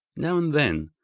now and then,